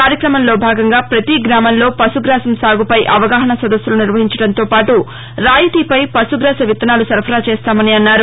కార్యక్రమంలో భాగంగా ప్రతి గ్రామంలో పశుగ్రాసం సాగుపై అవగాహన సదస్సులు నిర్వహించడంతో పాటు రాయితీపై పశుగ్రాస విత్తనాలు సరఫరా చేస్తామని అన్నారు